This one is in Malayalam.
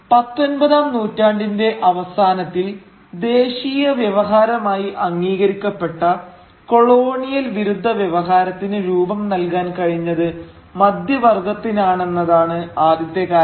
പത്തൊൻപതാം നൂറ്റാണ്ടിന്റെ അവസാനത്തിൽ ദേശീയ വ്യവഹാരമായി അംഗീകരിക്കപ്പെട്ട കൊളോണിയൽ വിരുദ്ധ വ്യവഹാരത്തിന് രൂപം നൽകാൻ കഴിഞ്ഞത് മധ്യവർഗ്ഗത്തിനാണെന്നതാണ് ആദ്യത്തെ കാരണം